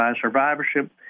survivorship